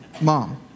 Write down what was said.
mom